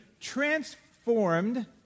transformed